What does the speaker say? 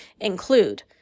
include